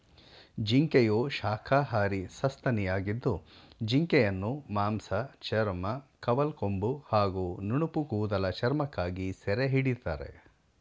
ಜಿಂಕೆಯು ಶಾಖಾಹಾರಿ ಸಸ್ತನಿಯಾಗಿದ್ದು ಜಿಂಕೆಯನ್ನು ಮಾಂಸ ಚರ್ಮ ಕವಲ್ಕೊಂಬು ಹಾಗೂ ನುಣುಪುಕೂದಲ ಚರ್ಮಕ್ಕಾಗಿ ಸೆರೆಹಿಡಿತಾರೆ